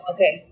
Okay